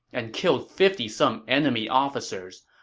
and killed fifty some enemy officers,